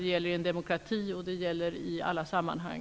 Det gäller både i en demokrati och i alla sammanhang.